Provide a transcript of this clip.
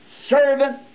servant